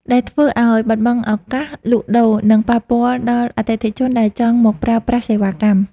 ដែលធ្វើឱ្យបាត់បង់ឱកាសលក់ដូរ និងប៉ះពាល់ដល់អតិថិជនដែលចង់មកប្រើប្រាស់សេវាកម្ម។